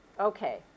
Okay